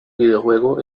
videojuego